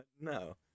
No